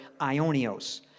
ionios